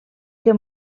que